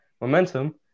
momentum